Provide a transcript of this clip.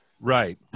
Right